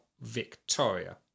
victoria